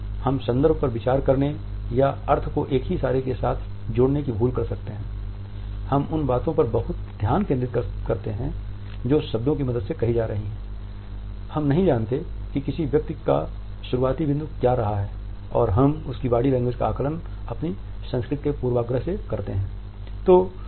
हम संदर्भ पर विचार करने या अर्थ को एक ही इशारे के साथ जोड़ने की भूल कर सकते हैं हम उन बातों पर बहुत ध्यान केंद्रित करते हैं जो शब्दों की मदद से कही जा रही हैं हम नहीं जानते कि किसी व्यक्ति का शुरुआती बिंदु क्या रहा है और हम उसकी बॉडी लैंग्वेज का आकलन अपनी संस्कृति के पूर्वाग्रह से करते हैं